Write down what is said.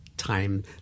time